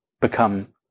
become